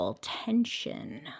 tension